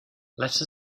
let